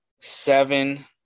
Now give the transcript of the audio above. seven